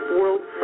world